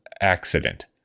accident